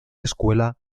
escuela